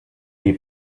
die